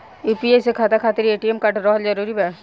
UPI खाता खातिर ATM card रहल जरूरी बा?